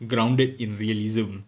grounded in realism